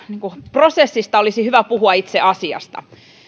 prosessista olisi hyvä puhua itse asiasta